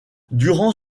durant